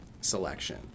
selection